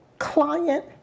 Client